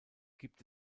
gibt